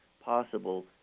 possible